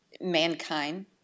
Mankind